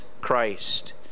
Christ